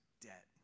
debt